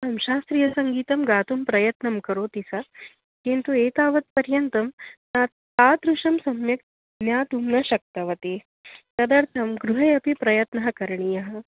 आं शास्त्रीयसङ्गीतं गातुं प्रयत्नं करोति सा किन्तु एतावत्पर्यन्तं सा तादृशं सम्यक् ज्ञातुं न शक्तवती तदर्थं गृहे अपि प्रयत्नः करणीयः